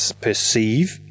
perceive